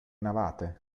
navate